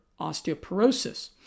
osteoporosis